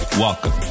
Welcome